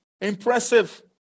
Impressive